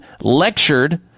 lectured